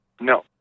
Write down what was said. No